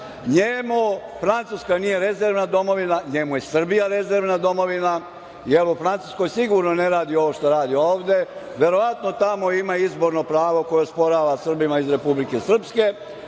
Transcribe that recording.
njemu Francuska nije rezervna domovina, njemu je Srbija rezervna domovina, jer u Francuskoj sigurno ne radi ovo što radi ovde. Verovatno tamo ima izborno pravo koje osporava Srbima iz Republike Srpske.13/3